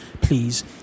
please